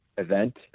event